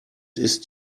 ist